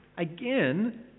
Again